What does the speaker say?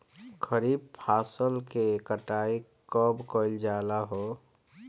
खरिफ फासल के कटाई कब कइल जाला हो?